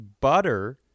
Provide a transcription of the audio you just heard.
butter